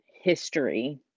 history